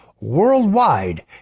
worldwide